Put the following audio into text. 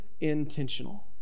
intentional